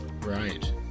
Right